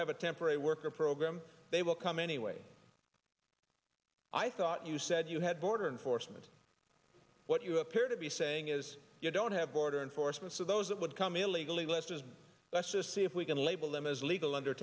have a temporary worker graham they will come anyway i thought you said you had border enforcement what you appear to be saying is you don't have border enforcement so those that would come illegally lester's and let's just see if we can label them as illegal under